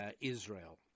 Israel